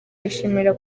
yishimira